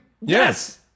yes